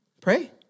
Pray